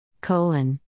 Colon